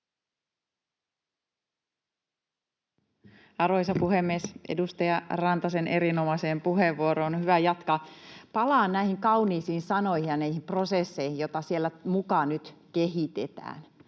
Arvoisa puhemies! Edustaja Rantasen erinomaiseen puheenvuoroon on hyvä jatkaa. Palaan näihin kauniisiin sanoihin ja näihin prosesseihin, joita siellä muka nyt kehitetään.